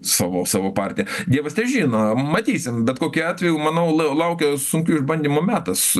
savo savo partiją dievas težino matysim bet kokiu atveju manau laukia sunkių išbandymų metas